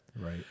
Right